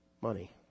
money